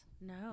No